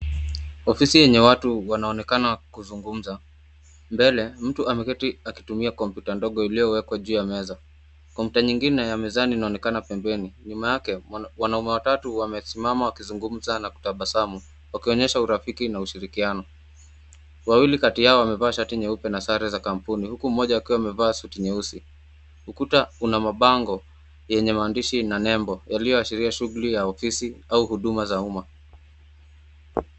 Ofisi yenye watu wanaonekana kuzungumza. Mbele mtu ameketi akitumia komputa ndogo iliyo wekwa juu ya meza. Komputa nyingine ya mezani inaonekana pembeni. Nyuma yake wanaume watatu wamesimama wakizungumza na kutabasamu wakionyesha urafiki na ushirikiano. Wawili kati yao wamevaa shati nyeupe na sare za kampuni huku mmoja akiwa amevaa suti nyeusi. Ukuta una mabango yenye maandishi na nembo yanalioashiria shughuli ya ofisi au huduma za umma.